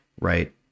Right